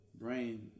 brain